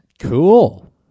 Cool